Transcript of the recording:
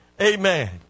amen